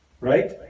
right